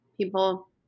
people